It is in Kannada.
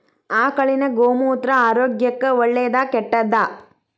ಆಕಳಿನ ಗೋಮೂತ್ರ ಆರೋಗ್ಯಕ್ಕ ಒಳ್ಳೆದಾ ಕೆಟ್ಟದಾ?